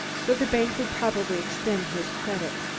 for the bank would probably extend his credit,